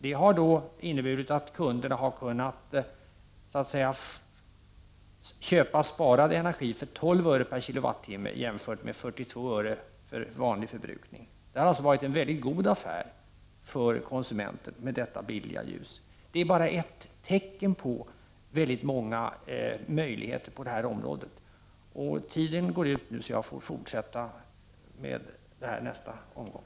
Det har inneburit att konsumenterna har kunnat köpa sparad energi för 12 öre per kilowattimme jämfört med 42 öre för normalbrukning. Det är alltså en mycket god affär för konsumenter. Detta är bara ett tecken på många möjligheter på detta område. Eftersom min taletid är slut får jag fortsätta i mitt nästa inlägg.